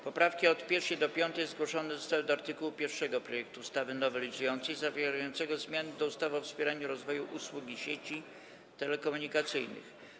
Poprawki od 1. do 5. zgłoszone zostały do art. 1 projektu ustawy nowelizującej zawierającego zmiany do ustawy o wspieraniu rozwoju usług i sieci telekomunikacyjnych.